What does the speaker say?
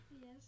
Yes